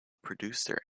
producer